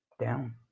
down